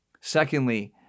Secondly